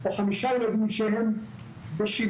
או חמישה ילדים שהם בשילוב,